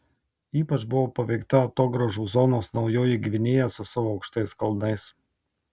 ypač buvo paveikta atogrąžų zonos naujoji gvinėja su savo aukštais kalnais